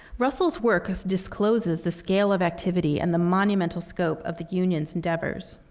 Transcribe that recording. russell's work discloses the scale of activity and the monumental scope of the union's endeavors.